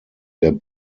der